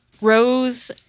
Rose